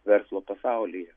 verslo pasaulyje